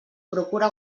procura